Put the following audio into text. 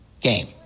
game